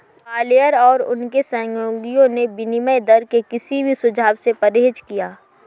Blair और उनके सहयोगियों ने विनिमय दर के किसी भी सुझाव से परहेज किया